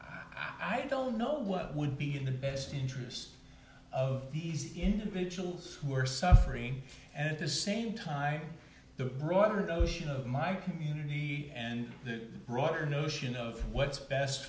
i don't know what would be in the best interest of these individuals who are suffering and at the same time the broader those you know my community and the broader notion of what's best